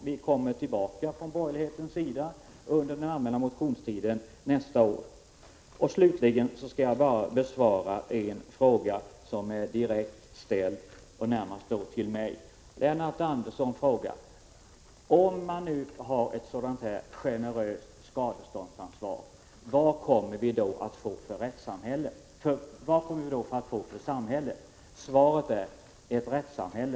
Vi kommer från borgerlighetens sida tillbaka under den allmänna motionstiden nästa år. Slutligen skall jag bara besvara en fråga som närmast är ställd till mig. Lennart Andersson frågar: Om man nu har ett sådant här generöst skadeståndsansvar, vad kommer vi då att få för slags samhälle? Svaret är: Ett rättssamhälle.